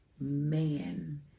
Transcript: man